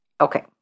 Okay